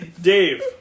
dave